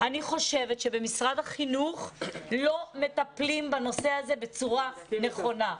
אני חושבת שבמשרד החינוך לא מטפלים בנושא הזה בצורה נכונה.